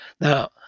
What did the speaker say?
Now